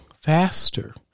faster